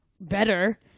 better